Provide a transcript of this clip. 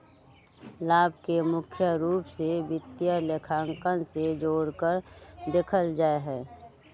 लाभ के मुख्य रूप से वित्तीय लेखांकन से जोडकर देखल जा हई